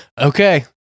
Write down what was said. Okay